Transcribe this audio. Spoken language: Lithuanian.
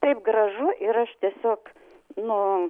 taip gražu ir aš tiesiog nu